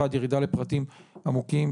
אחד, ירידה לפרטים עמוקים.